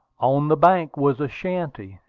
on the bank was a shanty,